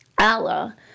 Allah